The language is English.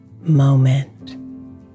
moment